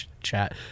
chat